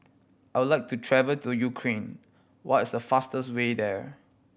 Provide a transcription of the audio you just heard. I would like to travel to Ukraine what is the fastest way there